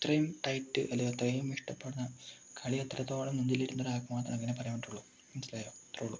അത്രയും ടൈറ്റ് അല്ലെങ്കിൽ അത്രയും ഇഷ്ടപ്പെടുന്ന കളി അത്രത്തോളം മുന്നിലിരിന്ന ആൾക്ക് മാത്രമേ അങ്ങനെ പറയാൻ പറ്റുളൂ മനസ്സിലായോ അത്രേയുള്ളൂ